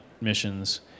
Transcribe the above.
missions